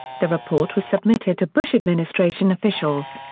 the report was submitted to bush administration officials.